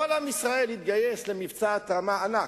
כל עם ישראל התגייס למבצע התרמה ענק,